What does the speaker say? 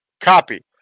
Copy